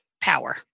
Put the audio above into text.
power